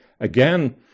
again